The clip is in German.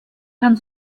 kann